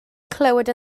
clywed